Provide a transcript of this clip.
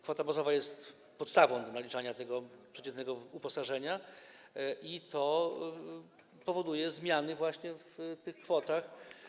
Kwota bazowa jest podstawą do naliczania przeciętnego uposażenia i to powoduje zmiany właśnie w tych kwotach.